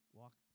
walk